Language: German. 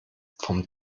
vom